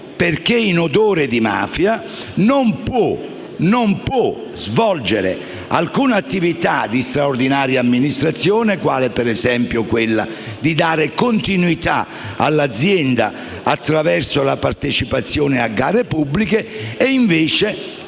perché in odore di mafia non può svolgere alcuna attività di straordinaria amministrazione quale, per esempio, quella di dare continuità all'azienda attraverso la partecipazione a gare pubbliche. Quando invece